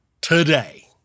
today